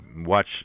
watch